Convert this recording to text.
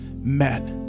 met